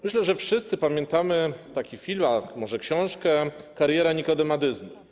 Myślę, że wszyscy pamiętamy taki film - a może książkę - „Kariera Nikodema Dyzmy”